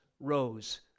rose